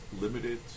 limited